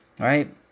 right